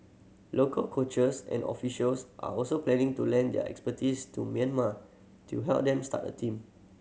local coaches and officials are also planning to lend their expertise to Myanmar to help them start a team